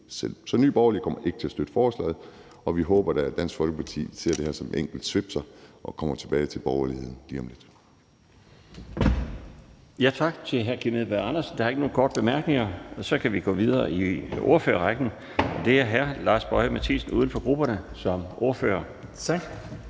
Så Nye Borgerlige kommer ikke til at støtte forslaget, og vi håber da, at Dansk Folkeparti ser det her som en enkelt svipser og kommer tilbage til borgerligheden lige om lidt. Kl. 18:56 Den fg. formand (Bjarne Laustsen): Tak til hr. Kim Edberg Andersen. Der er ikke nogen korte bemærkninger. Så kan vi gå videre i ordførerrækken, og det er hr. Lars Boje Mathiesen, uden for grupperne, som ordfører. Kl.